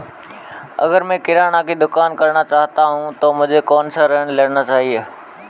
अगर मैं किराना की दुकान करना चाहता हूं तो मुझे कौनसा ऋण लेना चाहिए?